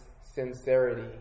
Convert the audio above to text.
sincerity